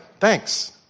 thanks